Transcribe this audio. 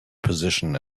position